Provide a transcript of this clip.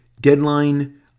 Deadline